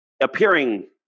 appearing